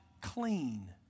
clean